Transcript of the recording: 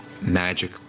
magic